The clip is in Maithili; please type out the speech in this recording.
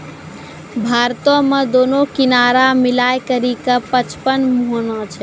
भारतो मे दुनू किनारा मिलाय करि के पचपन मुहाना छै